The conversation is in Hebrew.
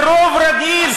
ברוב רגיל,